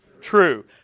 true